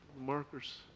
Markers